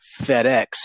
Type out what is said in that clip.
FedEx